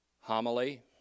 homily